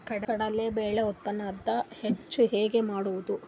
ಕಡಲಿ ಬೇಳೆ ಉತ್ಪಾದನ ಹೆಚ್ಚು ಹೆಂಗ ಮಾಡೊದು?